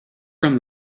from